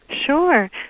Sure